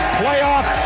playoff